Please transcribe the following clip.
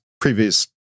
previous